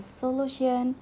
solution